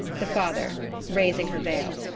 the father raising her veil.